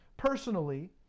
Personally